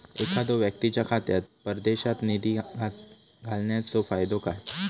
एखादो व्यक्तीच्या खात्यात परदेशात निधी घालन्याचो फायदो काय?